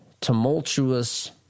tumultuous